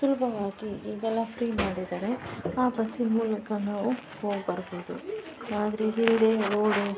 ಸುಲಭವಾಗಿ ಈಗೆಲ್ಲ ಫ್ರೀ ಮಾಡಿದಾರೆ ಆ ಬಸ್ಸಿನ ಮೂಲಕ ನಾವು ಹೋಗ್ಬರ್ಬೋದು ಆದರೆ ಹಿಂದೆ ರೋಡು